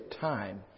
time